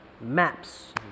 maps